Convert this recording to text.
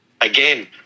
again